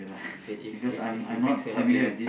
okay if if it makes you happy then